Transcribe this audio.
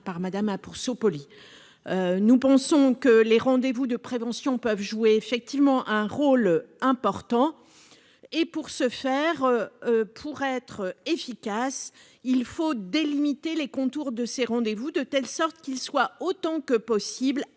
part Madame pour nous pensons que les rendez-vous de prévention peuvent jouer effectivement un rôle important et pour ce faire, pour être efficace, il faut délimiter les contours de ces rendez-vous, de telle sorte qu'il soit autant que possible